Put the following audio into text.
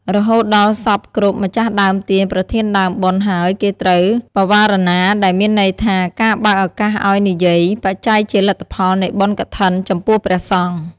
រហូតដល់សព្វគ្រប់ម្ចាស់ដើមទានប្រធានដើមបុណ្យហើយគេត្រូវ បវារណា ដែលមានន័យថា ការបើកឱកាសឱ្យនិយាយ បច្ច័យជាលទ្ធផលនៃបុណ្យកឋិនចំពោះព្រះសង្ឃ